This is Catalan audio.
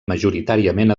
majoritàriament